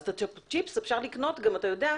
אז את התפוצ'יפס אפשר גם אתה יודע,